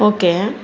okay